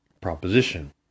proposition